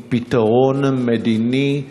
עם פתרון מדיני,